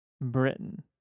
Britain